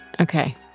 Okay